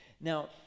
Now